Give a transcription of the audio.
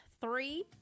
Three